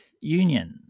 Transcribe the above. union